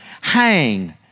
hang